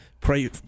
pray